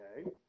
okay